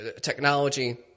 technology